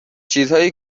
چیزهایی